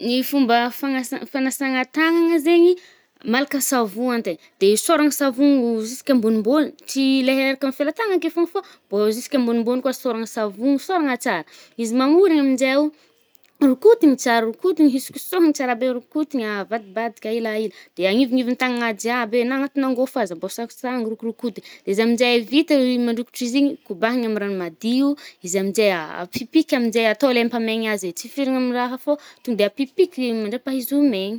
Ny fomba fanasa-fanasàgna tànagna zaigny i, malaka savo antegna. De isôragna savogno ho zisika ambonimbôly; tsy le eraka felatanana ake fô mbô zisika ambonimbôny koà sôragna savogno, sôragna tsara. Izy magnorigny aminjeo, rokotigny tsara, rokotigny hosokosohigny tsara be. Rokotigny avadibadika elaela de ahivignivigny tanagna jiaby e, na anatin’angôfo aza mbô sasagno rokorokotigna de zay aminje vita mandokotry izigny kobanigna amy ragno madio. Izy aminje afipîky aminje, atô le ampamegny azy e. tsy firagny amy raha fô to de afipîky i mandrapà izy ho megny.